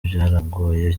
byaramugoye